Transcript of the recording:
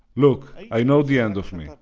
look, i know the end of me,